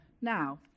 Now